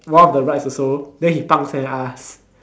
one of the rides also then he pang seh us